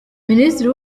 minisitiri